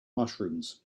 mushrooms